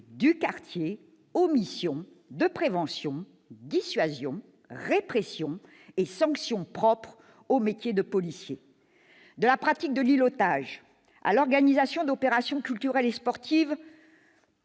du quartier aux missions de prévention, de dissuasion, de répression et de sanction propres au métier de policier, qui irait de la pratique de l'îlotage à l'organisation d'opérations culturelles et sportives.